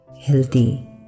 healthy